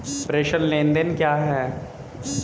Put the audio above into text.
प्रेषण लेनदेन क्या है?